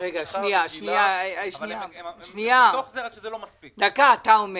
אתה אומר